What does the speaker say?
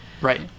Right